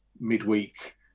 midweek